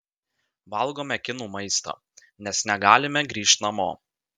valgome kinų maistą nes negalime grįžt namo